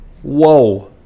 Whoa